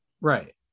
right